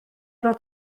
fod